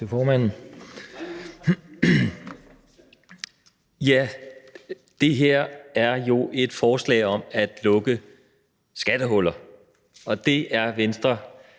Det her er jo et forslag om at lukke skattehuller, og det er Venstre